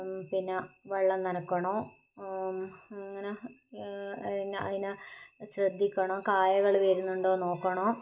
പിന്നെ വെള്ളം നനക്കണോ അങ്ങനെ അതിനെ അതിനെ ശ്രദ്ധിക്കണം കായ്കള് വരുന്നുണ്ടോന്ന് നോക്കണം